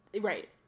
Right